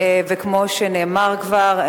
כמו שנאמר כבר,